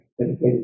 dedicated